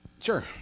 Sure